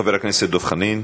חבר הכנסת דב חנין.